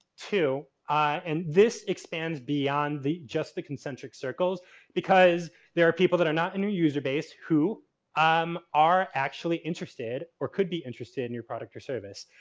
ah and this expands beyond the just the concentric circles because there are people that are not in your user base who um are actually interested, or could be interested in your product or service.